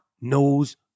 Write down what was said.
knows